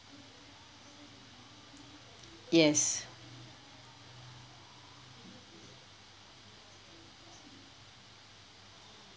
yes